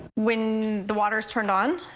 when the water is turned on,